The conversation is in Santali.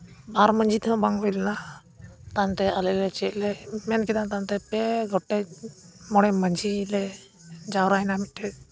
ᱵᱟᱨ ᱢᱟᱹᱡᱷᱤ ᱛᱮᱦᱚᱸ ᱵᱟᱝ ᱦᱩᱭ ᱞᱮᱱᱟ ᱛᱟᱭᱚᱢᱛᱮ ᱟᱞᱮ ᱞᱮ ᱪᱮᱫ ᱞᱮ ᱢᱮᱱ ᱠᱮᱫᱟ ᱛᱟᱭᱚᱢᱛᱮ ᱯᱮ ᱜᱚᱴᱮᱡ ᱢᱚᱬᱮ ᱢᱟᱹᱡᱷᱤ ᱞᱮ ᱡᱟᱣᱨᱟᱭᱮᱱᱟ ᱢᱤᱫᱴᱷᱮᱡ